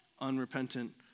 unrepentant